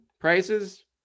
prices